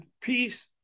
peace